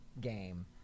game